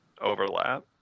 overlap